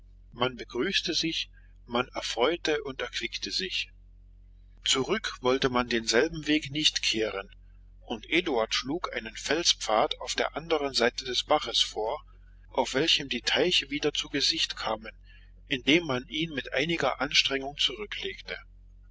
man begrüßte sich man erfreute und erquickte sich zurück wollte man denselben weg nicht kehren und eduard schlug einen felspfad auf der andern seite des baches vor auf welchem die teiche wieder zu gesicht kamen indem man ihn mit einiger anstrengung